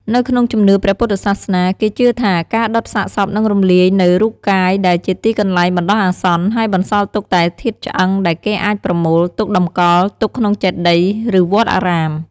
នៅក្នុងជំនឿព្រះពុទ្ធសាសនា គេជឿថាការដុតសាកសពនឹងរំលាយនូវរូបកាយដែលជាទីកន្លែងបណ្ដោះអាសន្ន ហើយបន្សល់ទុកតែធាតុឆ្អឹងដែលគេអាចប្រមូលទុកតម្កល់ទុកក្នុងចេតិយ ឬវត្តអារាម។